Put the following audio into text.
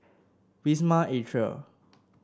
Wisma Atria